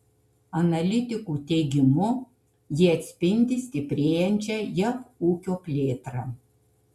analitikų teigimu jie atspindi stiprėjančią jav ūkio plėtrą